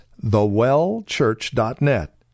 thewellchurch.net